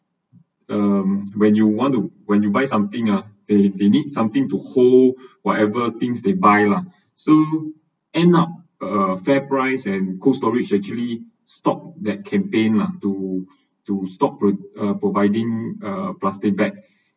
um when you want to when you buy something uh they they need something to hold whatever things they buy lah so end up uh fairprice and cold storage actually stopped that campaign lah to to stop pro~ uh providing uh plastic bag